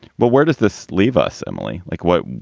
but where does this leave us, emily? like what?